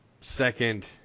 Second